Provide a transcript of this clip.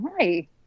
hi